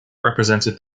represented